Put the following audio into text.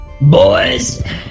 Boys